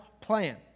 plan